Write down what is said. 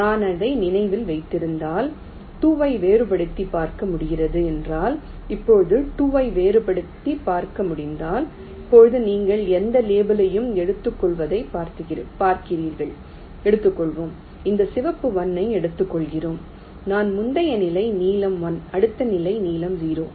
நான் அதை நினைவில் வைத்திருந்தால் 2 ஐ வேறுபடுத்திப் பார்க்க முடிகிறது என்றால் இப்போது 2 ஐ வேறுபடுத்திப் பார்க்க முடிந்தால் இப்போது நீங்கள் எந்த லேபிளையும் எடுத்துக்கொள்வதைப் பார்க்கிறீர்கள் எடுத்துக்கொள்வோம் இந்த சிவப்பு 1 ஐ எடுத்துக்கொள்கிறேன் அதன் முந்தைய நிலை நீலம் 1 அடுத்த நிலை நீலம் 0